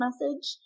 message